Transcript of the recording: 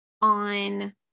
on